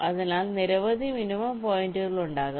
അതിനാൽ നിരവധി മിനിമ പോയിന്റുകൾ ഉണ്ടാകാം